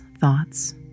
thoughts